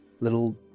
Little